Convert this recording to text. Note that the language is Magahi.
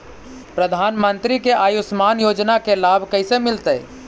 प्रधानमंत्री के आयुषमान योजना के लाभ कैसे मिलतै?